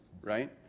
right